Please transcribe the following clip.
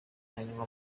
ntanywa